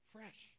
Fresh